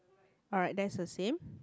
alright that's the same